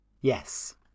Yes